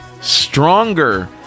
Stronger